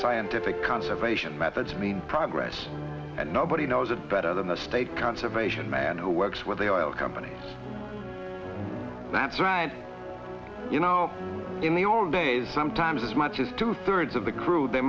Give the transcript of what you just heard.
scientific conservation methods mean progress and nobody knows it better than the state conservation man who works with a oil company that's right you know in the old days sometimes as much as two thirds of the crude they